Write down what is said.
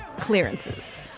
clearances